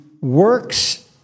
works